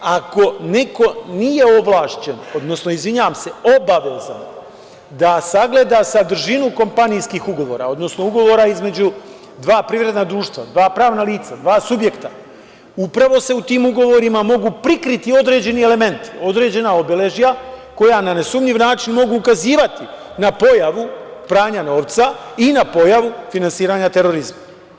Ako neko nije ovlašćen, odnosno, izvinjavam se, obavezan da sagleda sadržinu kompanijskih ugovora, odnosno ugovora između dva privredna društva, dva pravna lica, dva subjekta, upravo se u tim ugovorima mogu prikriti određeni elementi, određena obeležja koja na nesumnjiv način mogu ukazivati na pojavu pranja novca i na pojavu finansiranja terorizma.